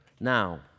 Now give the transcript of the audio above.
Now